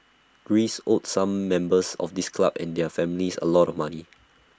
Greece owed some members of this club and their families A lot of money